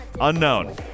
Unknown